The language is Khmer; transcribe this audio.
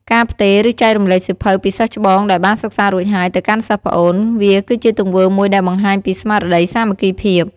ការផ្ទេរ ឬចែករំលែកសៀវភៅពីសិស្សច្បងដែលបានសិក្សារួចហើយ ទៅកាន់សិស្សប្អូន វាគឺជាទង្វើមួយដែលបង្ហាញពីស្មារតីសាមគ្គីភាព។